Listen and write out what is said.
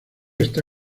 está